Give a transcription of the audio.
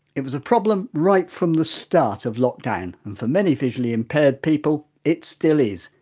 it was a problem right from the start of lockdown and for many visually impaired people it still is,